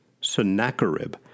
Sennacherib